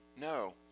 No